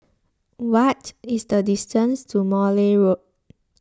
what is the distance to Morley Road